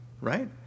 right